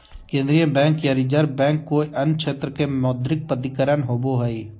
केन्द्रीय बैंक या reserve bank कोय अन्य क्षेत्र के मौद्रिक प्राधिकरण होवो हइ